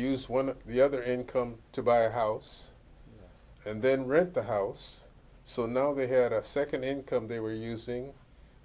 use one of the other income to buy a house and then read the house so now they had a second income they were using